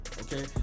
okay